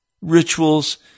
rituals